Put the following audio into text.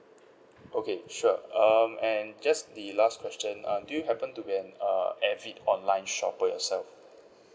okay sure um and just the last question uh do you happen to be an uh avid online shopper yourself